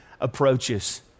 approaches